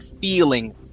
feeling